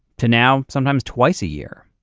to now sometimes twice a year.